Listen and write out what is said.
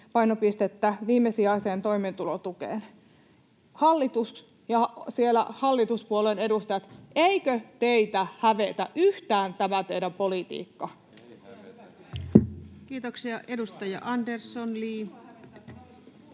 painopistettä viimesijaiseen toimeentulotukeen. Hallitus ja siellä hallituspuolueiden edustajat, eikö teitä hävetä yhtään tämä teidän politiikkanne? [Eduskunnasta: Ei